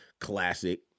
classic